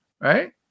right